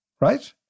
right